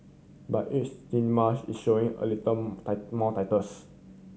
but each cinema is showing a little more titles